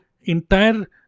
entire